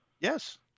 Yes